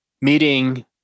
meeting